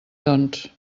doncs